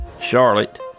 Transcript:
Charlotte